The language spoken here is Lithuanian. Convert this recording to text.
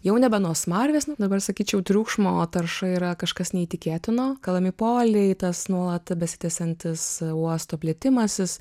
jau nebe nuo smarvės dabar sakyčiau triukšmo o tarša yra kažkas neįtikėtino kalami poliai tas nuolat besitęsiantis uosto plėtimasis